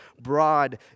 broad